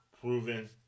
proven